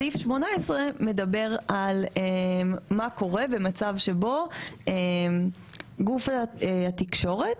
סעיף 18 מדבר על מה קורה במצב שבו גוף התקשורת,